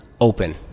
open